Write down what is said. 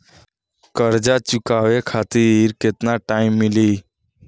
कर्जा चुकावे खातिर केतना टाइम मिली?